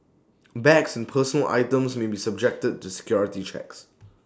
bags and personal items may be subjected to security checks